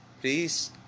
please